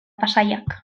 pasaiak